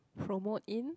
promote in